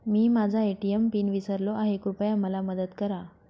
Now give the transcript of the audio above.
मी माझा ATM PIN विसरलो आहे, कृपया मला मदत करा